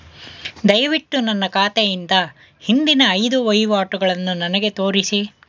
ದಯವಿಟ್ಟು ನನ್ನ ಖಾತೆಯಿಂದ ಹಿಂದಿನ ಐದು ವಹಿವಾಟುಗಳನ್ನು ನನಗೆ ತೋರಿಸಿ